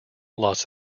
los